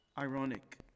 ironic